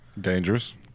dangerous